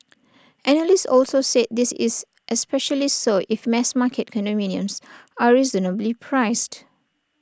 analysts also said this is especially so if mass market condominiums are reasonably priced